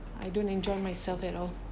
I don't enjoy myself at all